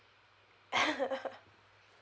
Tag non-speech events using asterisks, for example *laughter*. *laughs*